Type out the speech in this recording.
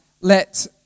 let